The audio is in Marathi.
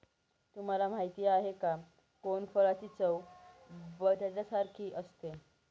तुम्हाला माहिती आहे का? कोनफळाची चव बटाट्यासारखी असते